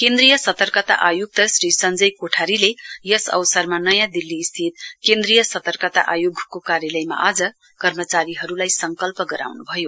केन्द्रीय सतर्कता आयुक्त श्री सञ्जय कोठारीले यस अवसरमा नयाँ दिल्ली स्थित केन्द्रीय सतर्कता आयोगको कार्यालयमा कर्मचारीहरुलाई संकल्प गराउनुभयो